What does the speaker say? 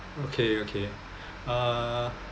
okay okay ah